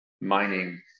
mining